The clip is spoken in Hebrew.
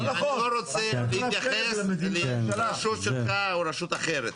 אני לא רוצה להתייחס לרשות שלך או רשות אחרת.